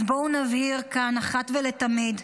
אז בואו נבהיר כאן אחת ולתמיד: